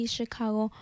Chicago